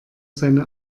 seine